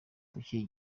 ucyuye